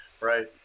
Right